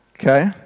Okay